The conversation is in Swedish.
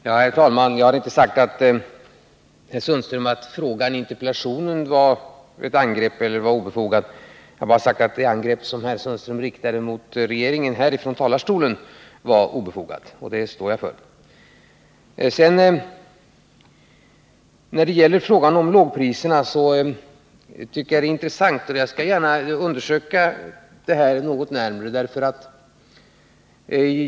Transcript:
Herr talman! Jag har inte sagt till herr Sundström att interpellationen var ett angrepp eller att den var obefogad. Jag har bara sagt att det angrepp som herr Sundström riktade mot regeringen från talarstolen var obefogat, och det står jag för. Det som här anförts i fråga om lågpriserna är intressant, och jag skall gärna undersöka förhållandena något närmare.